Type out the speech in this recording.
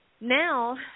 now